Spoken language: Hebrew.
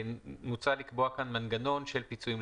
מוצע לקבוע כאן מנגנון של פיצויים,